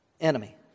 enemy